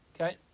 Okay